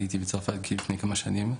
עליתי מצרפת לפני כמה שנים.